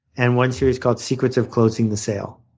and one series called secrets of closing the sale.